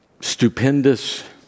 stupendous